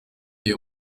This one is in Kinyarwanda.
iyo